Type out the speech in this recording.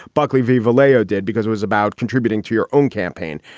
buckley v valeo did, because it was about contributing to your own campaign.